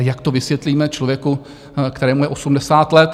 A jak to vysvětlíme člověku, kterému je 80 let?